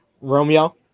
romeo